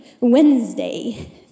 Wednesday